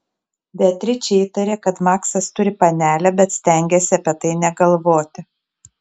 beatričė įtarė kad maksas turi panelę bet stengėsi apie tai negalvoti